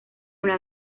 una